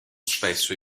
spesso